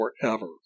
forever